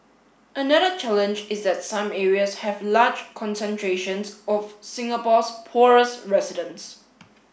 another challenge is that some areas have large concentrations of Singapore's poorest residents